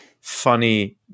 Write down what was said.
funny